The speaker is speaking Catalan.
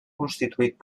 constituït